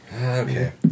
Okay